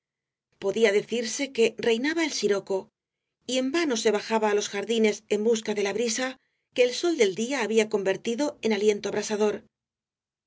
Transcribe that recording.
podía decirse que reinaba el siroco y en vano se bajaba á los jardines en busca de la brisa que el sol del día había convertido en aliento abrasador